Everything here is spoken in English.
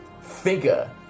figure